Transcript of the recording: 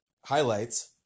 highlights